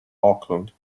oakland